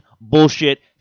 bullshit